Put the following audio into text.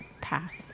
Path